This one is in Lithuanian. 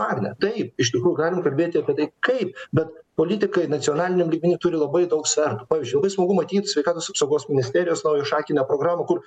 agne taip iš tikrųjų galim kalbėti apie tai kaip bet politikai nacionaliniu lygmeniu turi labai daug svertų pavyzdžiui smagu matyt sveikatos apsaugos ministerijos naują šakinę programą kur